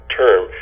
term